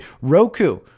Roku